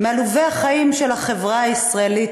מעלובי החיים של החברה הישראלית,